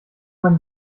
man